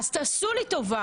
אז תעשו לי טובה